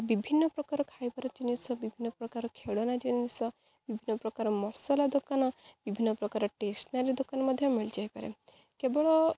ବିଭିନ୍ନ ପ୍ରକାର ଖାଇବାର ଜିନିଷ ବିଭିନ୍ନ ପ୍ରକାର ଖେଳନା ଜିନିଷ ବିଭିନ୍ନ ପ୍ରକାର ମସଲା ଦୋକାନ ବିଭିନ୍ନ ପ୍ରକାର ଟେସନାରୀ ଦୋକାନ ମଧ୍ୟ ମିଳିଯାଇପାରେ କେବଳ